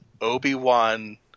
Obi-Wan